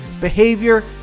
behavior